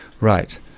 Right